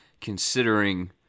considering